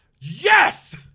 Yes